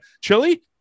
Chili